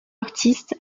artiste